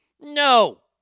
No